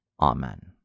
Amen